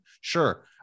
Sure